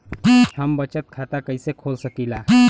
हम बचत खाता कईसे खोल सकिला?